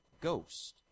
ghost